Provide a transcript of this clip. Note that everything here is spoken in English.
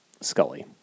Scully